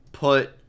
Put